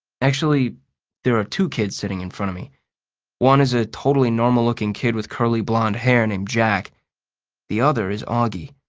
actually there are two kids sitting in front me one is a totally normal-looking kid with curly blond hair named jack the other is auggie.